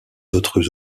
autres